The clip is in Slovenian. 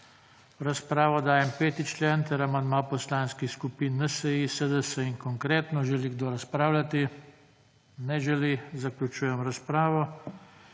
razpravo dajem 5. člen ter amandma poslanskih skupin NSi, SDS in Konkretno. Želi kdo razpravljati? Ne želi, zaključujem razpravo.